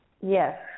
yes